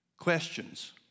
questions